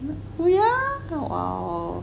不要 !wow!